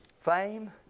fame